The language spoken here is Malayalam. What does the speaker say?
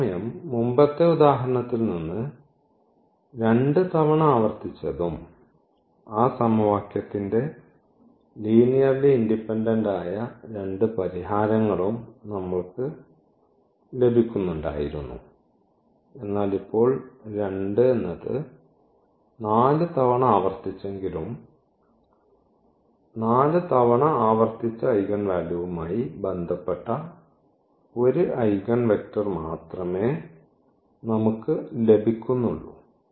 അതേസമയം മുമ്പത്തെ ഉദാഹരണത്തിൽ രണ്ട് തവണ ആവർത്തിച്ചതും ആ സമവാക്യത്തിന്റെ ലീനിയർലി ഇൻഡിപെൻഡന്റ് ആയ രണ്ട് പരിഹാരങ്ങളും നമ്മൾക്ക് ലഭിക്കുന്നുണ്ടായിരുന്നു എന്നാൽ ഇപ്പോൾ 2 നാല് തവണ ആവർത്തിച്ചെങ്കിലും 4 തവണ ആവർത്തിച്ച ഐഗൺവാലുവുമായി ബന്ധപ്പെട്ട 1 ഐഗൺവെക്റ്റർ മാത്രമേ നമുക്ക് ലഭിക്കുന്നുള്ളൂ